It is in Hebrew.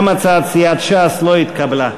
גם הצעת סיעת ש"ס לא התקבלה.